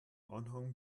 anhang